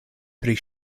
pri